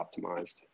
optimized